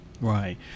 Right